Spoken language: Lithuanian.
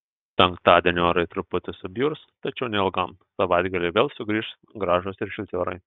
penktadienį orai truputį subjurs tačiau neilgam savaitgalį vėl sugrįš gražūs ir šilti orai